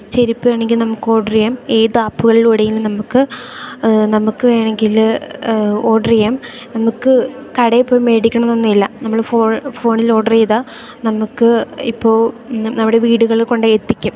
ചെരുപ്പ് വേണമെങ്കിൽ നമുക്ക് ഓർഡർ ചെയ്യാം ഏത് ആപ്പുകളിലൂടെയും നമുക്ക് നമുക്ക് വേണമെങ്കിൽ ഓർഡർ ചെയ്യാം നമുക്ക് കടയിൽപ്പോയി മേടിക്കണം എന്നൊന്നും ഇല്ല നമ്മൾ ഫോണിൽ ഓർഡർ ചെയ്താൽ നമുക്ക് ഇപ്പോൾ നമ്മുടെ വീടുകളിൽ കൊണ്ടുപോയി എത്തിക്കും